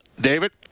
David